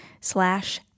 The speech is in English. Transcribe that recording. slash